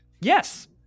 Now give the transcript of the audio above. Yes